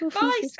Bye